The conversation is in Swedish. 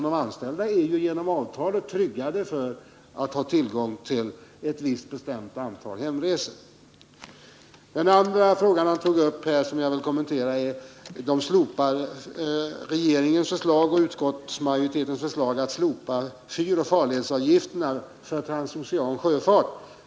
De är ju genom avtalet tryggade genom att de är berättigade till ett visst bestämt antal hemresor. En annan fråga som Sven Henricsson tog upp och som jag vill kommentera är regeringens och utskottsmajoritetens förslag att slopa fyroch farledsvaruavgifterna för transocean sjöfart.